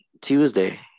Tuesday